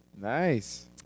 Nice